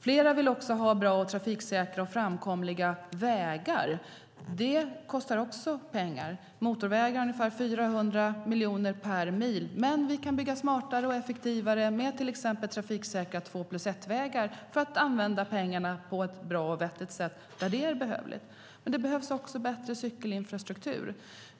Flera vill också ha bra, trafiksäkra och framkomliga vägar. Det kostar också pengar. Motorvägar kostar ungefär 400 miljoner per mil. Men vi kan bygga smartare och effektivare med till exempel trafiksäkra två-plus-ett-vägar för att använda pengarna på ett bra och vettigt sätt där det behövs. Men det behövs också bättre cykelinfrastruktur.